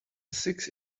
six